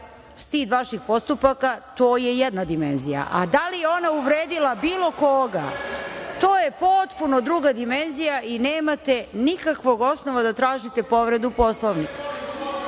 stid vaših postupaka, to je jedna dimenzija, a da li je ona uvredila bilo koga to je potpuno druga dimenzija i nemate nikakvog osnova da tražite povredu Poslovnika. Da